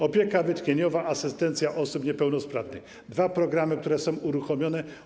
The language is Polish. Opieka wytchnieniowa”, asystencja osób niepełnosprawnych - dwa programy, które są uruchomione.